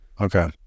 Okay